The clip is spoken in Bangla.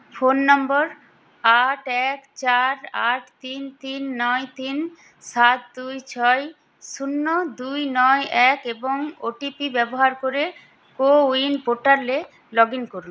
ফোন নম্বর আট এক চার আট তিন তিন নয় তিন সাত দুই ছয় শূন্য দুই নয় এক এবং ওটিপি ব্যবহার করে কো উইন পোর্টালে লগ ইন করুন